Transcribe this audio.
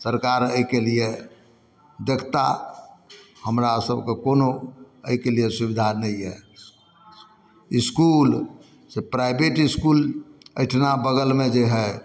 सरकार अइके लिए देखता हमरा सभके कोनो अइके लिए सुविधा नहि अइ इसकुलसँ प्राइवेट इसकुल अइठिना बगलमे जे हइ